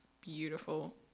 beautiful